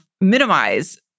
minimize